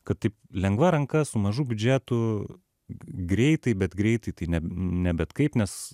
kad taip lengva ranka su mažu biudžetu greitai bet greitai tai ne bet kaip nes